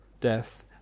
death